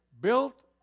built